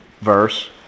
verse